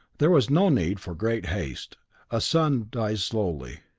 there was no need for great haste a sun dies slowly.